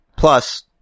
Plus